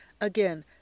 Again